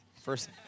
first